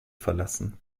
verlassen